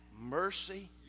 mercy